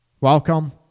Welcome